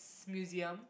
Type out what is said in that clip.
museum